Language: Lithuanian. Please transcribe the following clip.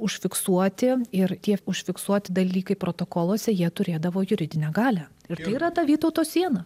užfiksuoti ir tie užfiksuoti dalykai protokoluose jie turėdavo juridinę galią ir tai yra ta vytauto siena